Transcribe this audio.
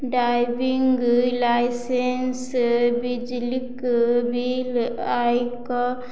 driving licence बिजलीक bill आयकर